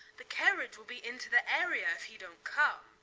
the carriage will be into the area if he dont come.